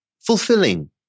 fulfilling